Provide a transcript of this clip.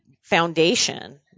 foundation